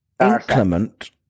inclement